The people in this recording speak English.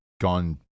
gone